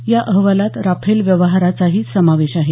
या अहवालात राफेल व्यवहाराचाही समावेश आहे